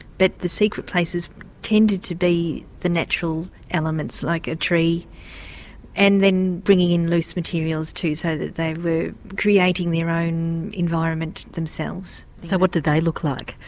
but the secret places tended to be the natural elements like a tree and then bringing in loose materials too so that they were creating their own environment themselves. so what did they look like?